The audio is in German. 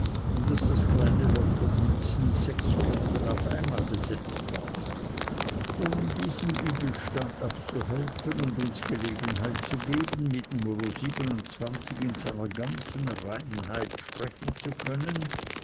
daß das kleine loch von mindestens sechs köpfen auf einmal besetzt war um diesem übelstande abzuhelfen und uns gelegenheit zu geben mit numero in seiner ganzen reinheit sprechen zu können